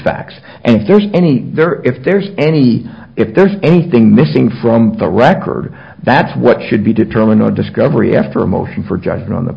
facts and if there's any there if there's any if there's anything missing from the record that's what should be determined on discovery after a motion for judgment on the